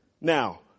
Now